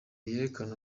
yerekana